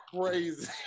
crazy